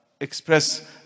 express